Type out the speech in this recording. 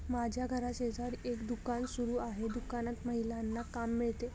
माझ्या घराशेजारी एक दुकान सुरू आहे दुकानात महिलांना काम मिळते